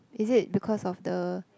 is it because of the